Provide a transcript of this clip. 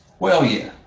well, yeah.